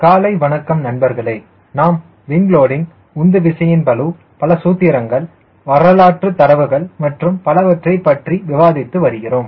காலை வணக்கம் நண்பர்களே நாம் விங் லோடிங் உந்து விசையின் பளு பல சூத்திரங்கள் வரலாற்று தரவுகள் மற்றும் பலவற்றைப் பற்றி விவாதித்து வருகிறோம்